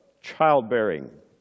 childbearing